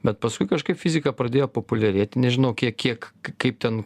bet paskui kažkaip fizika pradėjo populiarėti nežinau kiek kiek kaip ten